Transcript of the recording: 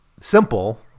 simple